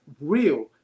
real